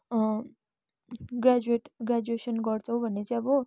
graduate graduation गर्छौ भने चाहिँ अब